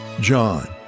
John